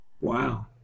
Wow